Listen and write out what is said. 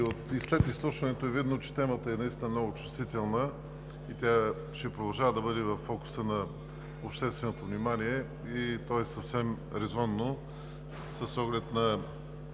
След изслушването е видно, че темата наистина е много чувствителна. Тя ще продължава да бъде във фокуса на общественото внимание и е съвсем резонно с оглед на